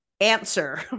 answer